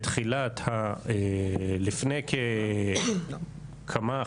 לפני כמה,